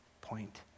point